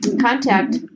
contact